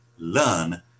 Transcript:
learn